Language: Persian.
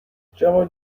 جواد